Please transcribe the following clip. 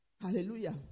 hallelujah